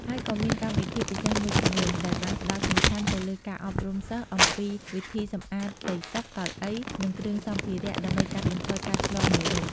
ហើយក៏មានកម្មវិធីពិសេសមួយចំនួន ដែលបានផ្តោតសំខាន់ទៅលើការអប់រំសិស្សអំពីវិធីសម្អាតផ្ទៃតុ កៅអី និងគ្រឿងសម្ភារៈ ដើម្បីកាត់បន្ថយការឆ្លងមេរោគ។